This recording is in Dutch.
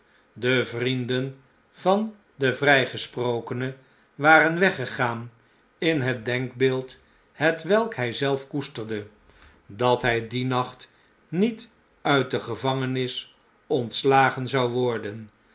de vrienden van den vrijgesprokene waren weggegaan in het denkbeeld hetwelk hij zelf koesterde dat hij dien nacht niet uit de gevangenis ontslagen zou worden